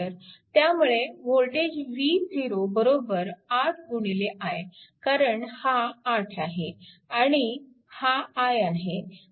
त्यामुळे voltage v0 8 i कारण हा 8 आहे आणि हा i आहे